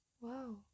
Wow